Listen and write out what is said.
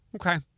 Okay